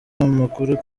amakuru